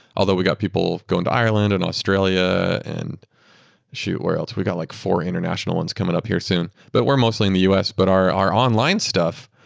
although, we got people go into ireland and australia and shoot, where else? we got like four international ones coming up here soon. but we're mostly in the us. but our our online stuff,